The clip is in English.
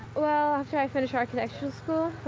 well, after i finish architectural school,